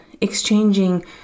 exchanging